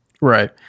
Right